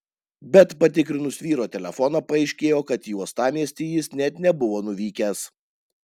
bet patikrinus vyro telefoną paaiškėjo kad į uostamiestį jis net nebuvo nuvykęs